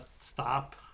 stop